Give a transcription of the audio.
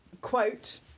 Quote